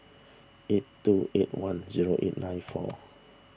eight two eight one zero eight nine four